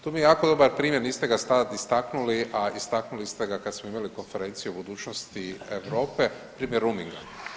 Tu mi je jako dobar primjer niste ga sad istaknuli, a istaknuli ste ga kad smo imali Konferenciju o budućnosti Europe primjer roaminga.